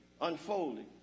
unfolding